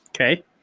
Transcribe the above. Okay